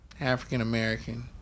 African-American